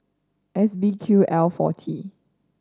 S B Q L forty